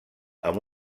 amb